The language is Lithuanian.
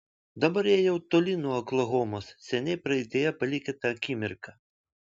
dabar jie jau toli nuo oklahomos seniai praeityje palikę tą akimirką